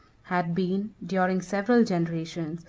had been, during several generations,